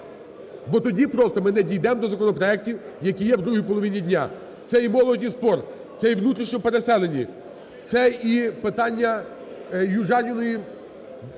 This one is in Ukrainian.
бо тоді просто ми не дійдемо до законопроектів, які є в другій половині дня. Це і молоді і спорту, це і внутрішньо переселені, це і питання Южаніної –